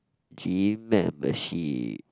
gym membership